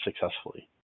successfully